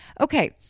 Okay